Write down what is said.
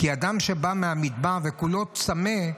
כי אדם שבא מהמדבר וכולו צמא,